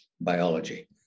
biology